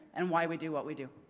and why we do what we do.